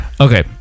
Okay